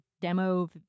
demo